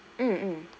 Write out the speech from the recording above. mm mm